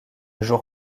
jour